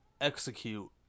execute